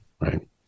right